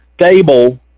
stable